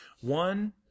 One